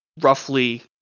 roughly